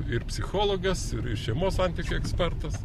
ir psichologas ir šeimos santykių ekspertas